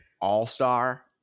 all-star